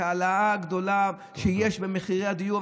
את ההעלאה הגדולה שיש במחירי הדיור,